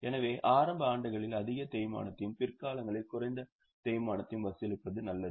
எனவே ஆரம்ப ஆண்டுகளில் அதிக தேய்மானத்தையும் பிற்காலங்களில் குறைந்த தேய்மானத்தையும் வசூலிப்பது நல்லது